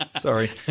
sorry